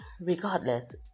regardless